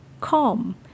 calm